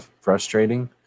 frustrating